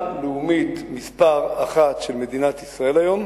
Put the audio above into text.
הלאומית מספר אחת של מדינת ישראל היום